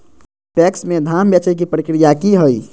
PACS में धाम बेचे के प्रक्रिया की हय?